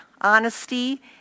honesty